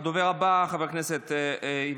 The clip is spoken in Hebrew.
הדובר הבא, חבר הכנסת יברקן.